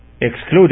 Excluded